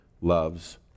loves